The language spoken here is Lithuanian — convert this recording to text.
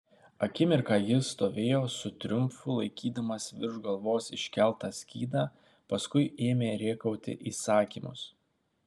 akimirką jis stovėjo su triumfu laikydamas virš galvos iškeltą skydą paskui ėmė rėkauti įsakymus